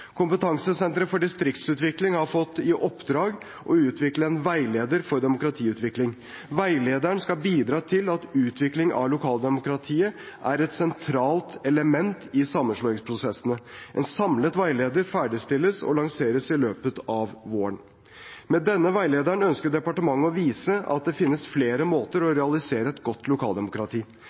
Kompetansesenteret for distriktsutvikling har fått i oppdrag å utvikle en veileder for demokratiutvikling. Veilederen skal bidra til at utvikling av lokaldemokratiet er et sentralt element i sammenslåingsprosessene. En samlet veileder ferdigstilles og lanseres i løpet av våren. Med denne veilederen ønsker departementet å vise at det finnes flere måter å realisere et godt lokaldemokrati